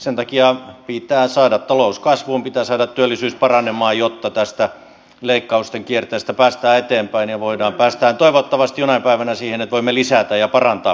sen takia pitää saada talous kasvuun pitää saada työllisyys paranemaan jotta tästä leikkausten kierteestä päästään eteenpäin ja voidaan päästä toivottavasti jonain päivänä siihen että voimme lisätä ja parantaa palveluita ja etuuksia